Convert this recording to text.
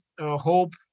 hope